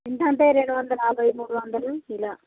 ఎంత అంటే రెండు వందల యాభై మూడు వందలు ఇలా